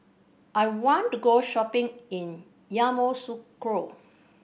I want to go shopping in Yamoussoukro